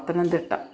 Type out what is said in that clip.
Pathanamthitta